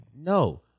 No